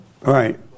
right